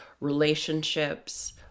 Relationships